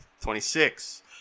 twenty-six